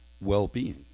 well-being